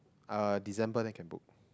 uh December then can book